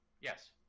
Yes